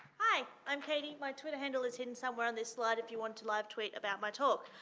hi, i'm katie. my twitter handle is hidden somewhere on this slide if you want to live tweet about my talk.